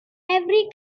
every